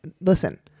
listen